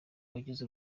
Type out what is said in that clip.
wagize